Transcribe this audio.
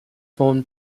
formed